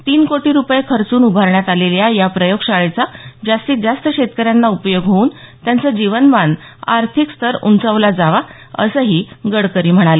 तीन कोटी रुपये खर्चून उभारण्यात आलेल्या या प्रयोगशाळेचा जास्तीत जास्त शेतकऱ्यांना उपयोग होऊन त्याचं जीवनमान आर्थिक स्तर उंचावला जावा असंही गडकरी म्हणाले